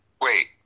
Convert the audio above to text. Wait